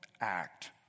act